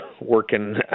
working